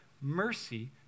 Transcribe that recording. Mercy